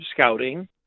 scouting